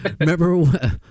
remember